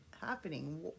happening